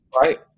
right